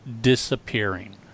disappearing